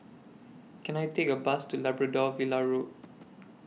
Can I Take A Bus to Labrador Villa Road